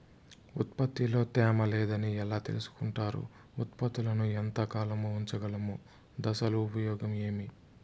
ఉత్పత్తి లో తేమ లేదని ఎలా తెలుసుకొంటారు ఉత్పత్తులను ఎంత కాలము ఉంచగలము దశలు ఉపయోగం ఏమి?